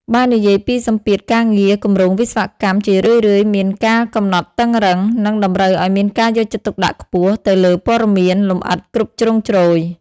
បើនិយាយពីសម្ពាធការងារគម្រោងវិស្វកម្មជារឿយៗមាន កាលកំណត់តឹងរ៉ឹង និងតម្រូវឲ្យមានការយកចិត្តទុកដាក់ខ្ពស់ទៅលើព័ត៌មានលម្អិតគ្រប់ជ្រុងជ្រោយ។